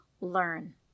learn